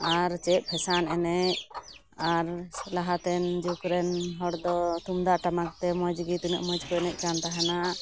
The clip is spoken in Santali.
ᱟᱨ ᱪᱮᱫ ᱯᱷᱮᱥᱟᱱ ᱮᱱᱮᱡ ᱟᱨ ᱞᱟᱦᱟᱛᱮᱱ ᱡᱩᱜᱽᱨᱮᱱ ᱦᱚᱲᱫᱚ ᱛᱩᱢᱛᱟᱜ ᱴᱟᱢᱟᱠᱛᱮ ᱢᱚᱡᱽᱜᱮ ᱛᱤᱱᱟᱹᱜ ᱢᱚᱡᱽᱠᱚ ᱮᱱᱮᱡᱠᱟᱱ ᱛᱟᱦᱮᱱᱟ